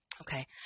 Okay